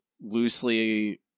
Loosely